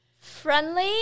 Friendly